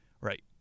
Right